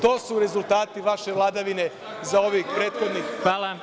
To su rezultati vaše vladavine za ovih prethodnih šest godina.